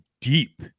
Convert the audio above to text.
deep